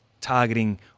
targeting